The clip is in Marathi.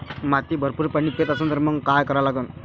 माती भरपूर पाणी पेत असन तर मंग काय करा लागन?